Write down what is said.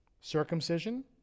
circumcision